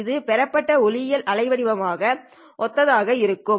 இது பெறப்பட்ட ஒளியியல் அலைவடிவம் மிகவும் ஒத்ததாக இருக்கிறது